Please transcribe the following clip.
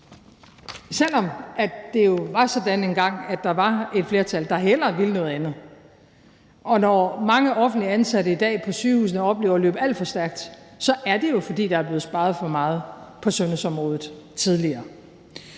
selv om det jo var sådan engang, at der var et flertal, der hellere ville noget andet. Og når mange offentligt ansatte på sygehusene i dag oplever at løbe alt for stærkt, er det jo, fordi der er blevet sparet for meget på sundhedsområdet tidligere.